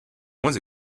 moins